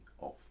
off